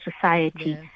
society